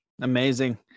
amazing